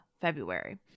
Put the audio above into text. February